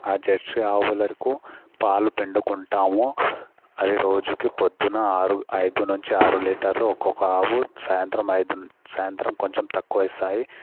ఆ జెర్సీ ఆవులకు పాలు పిండుకుంటాము అవి రోజుకి పొద్దున ఆరు ఐదు నుంచి ఆరు లీటర్లు ఒకొక ఆవు సాయంత్రం ఐదు సాయంత్రం కొంచం తక్కువ ఇస్తాయి